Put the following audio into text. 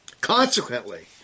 Consequently